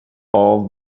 all